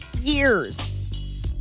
years